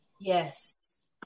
Yes